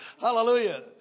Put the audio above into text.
Hallelujah